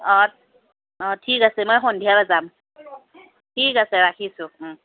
অঁ অঁ ঠিক আছে মই সন্ধিয়ালৈ যাম ঠিক আছে ৰাখিছোঁ